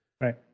Right